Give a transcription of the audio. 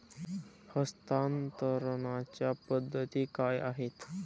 हस्तांतरणाच्या पद्धती काय आहेत?